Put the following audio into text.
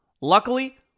Luckily